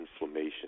inflammation